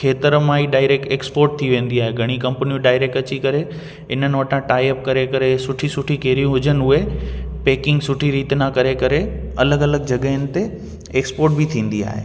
खेतर मां ई डाइरेक्ट एक्स्पोर्ट थी वेंदी आहे घणियूं कंपनियूं डाइरेक्ट अची करे इन्हनि वटां टाई अप करे करे सुठी सुठी कैरियूं हुजनि उहे पैकिंग सुठी रीति ना करे करे अलॻि अलॻि जॻहियुनि ते एक्सपोर्ट बि थींदी आहे